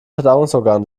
verdauungsorgan